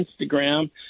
Instagram